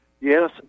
Yes